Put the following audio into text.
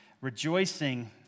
Rejoicing